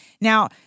Now